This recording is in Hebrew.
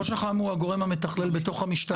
ראש אח״מ הוא הגורם המתכלל במשטרה,